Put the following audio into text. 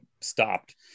stopped